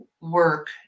work